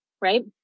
right